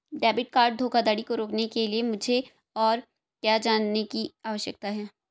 Debit card धोखाधड़ी को रोकने के लिए मुझे और क्या जानने की आवश्यकता है?